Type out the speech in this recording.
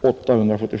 877.